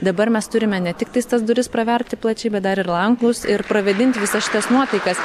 dabar mes turime ne tik tais tas duris praverti plačiai bet dar ir langus ir pravėdinti visas šitas nuotaikas